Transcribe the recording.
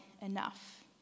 enough